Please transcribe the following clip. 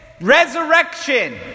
Resurrection